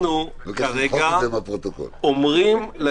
למה לא